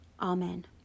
Amen